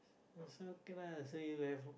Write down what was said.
so okay lah so you have